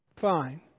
fine